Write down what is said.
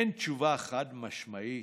ואין תשובה חד-משמעית